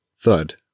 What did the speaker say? Thud